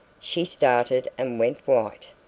she started and went white.